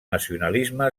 nacionalisme